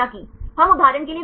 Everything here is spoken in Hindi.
छात्र रामचंद्रन